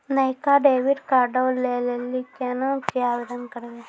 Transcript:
नयका डेबिट कार्डो लै लेली केना के आवेदन करबै?